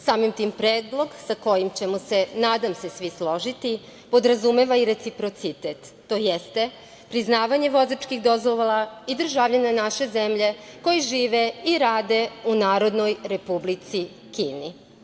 Samim tim, predlog sa kojim ćemo se, nadam se, svi složiti podrazumeva i reciprocitet, tj. priznavanje vozačkih dozvola i državljana naše zemlje koji žive i rade u Narodnoj Republici Kini.